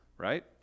right